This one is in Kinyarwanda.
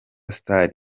star